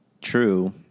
true